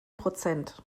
prozent